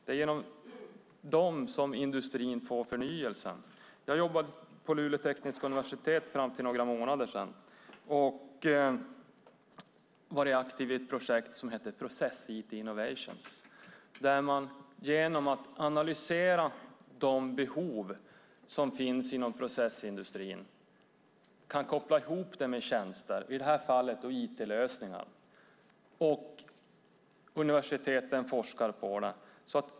Det är genom dem som industrin får förnyelse. Jag jobbade på Luleå tekniska universitet fram till för några månader sedan och har varit aktiv i ett projekt som heter Process-IT Innovations. Där kan man genom att analysera de behov som finns inom processindustrin koppla ihop det med tjänster, i det här fallet IT-lösningar, och universiteten forskar på det.